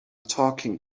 talking